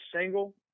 single